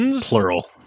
Plural